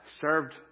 served